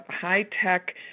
high-tech